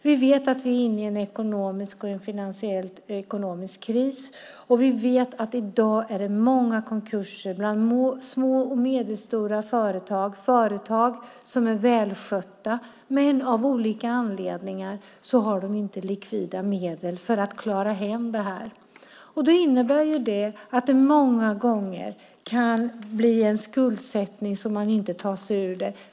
Vi vet att vi är inne i en finansiell och ekonomisk kris, och vi vet att i dag är det många konkurser bland små och medelstora företag, företag som är välskötta men som av olika anledningar inte har likvida medel för att klara det. Det innebär att det många gånger kan bli en skuldsättning som man inte kan ta sig ur.